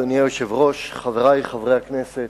אדוני היושב-ראש, חברי חברי הכנסת,